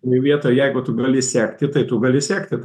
toj vietoj jeigu tu gali sekti tai tu gali sekti tą